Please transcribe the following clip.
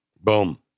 Boom